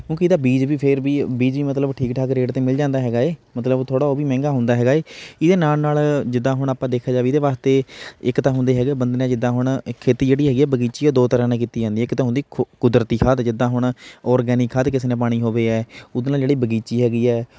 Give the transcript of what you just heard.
ਕਿਉਂਕੀ ਇਹਦਾ ਬੀਜ ਵੀ ਫਿਰ ਵੀ ਬੀਜ ਵੀ ਮਤਲਬ ਠੀਕ ਠਾਕ ਰੇਟ 'ਤੇ ਮਿਲ ਜਾਂਦਾ ਹੈਗਾ ਏ ਮਤਲਬ ਥੋੜ੍ਹਾ ਉਹ ਵੀ ਮਹਿੰਗਾ ਹੁੰਦਾ ਹੈਗਾ ਏ ਇਹਦੇ ਨਾਲ਼ ਨਾਲ਼ ਜਿੱਦਾਂ ਹੁਣ ਆਪਾਂ ਦੇਖਿਆ ਜਾਵੇ ਇਹਦੇ ਵਾਸਤੇ ਇੱਕ ਤਾਂ ਹੁੰਦੇ ਹੈਗੇ ਬੰਦੇ ਨੇ ਜਿੱਦਾਂ ਹੁਣ ਖੇਤੀ ਜਿਹੜੀ ਹੈਗੀ ਹੈ ਬਗੀਚੀ ਦੋ ਤਰ੍ਹਾਂ ਨਾਲ ਕੀਤੀ ਜਾਂਦੀ ਆ ਇੱਕ ਤਾਂ ਹੁੰਦੀ ਖੋ ਕੁਦਰਤੀ ਖਾਦ ਜਿੱਦਾਂ ਹੁਣ ਔਰਗੈਨਿਕ ਖਾਦ ਕਿਸ ਨੇ ਪਾਉਣੀ ਹੋਵੇ ਹੈ ਉਹਦੇ ਨਾਲ ਜਿਹੜੀ ਬਗੀਚੀ ਹੈਗੀ ਹੈ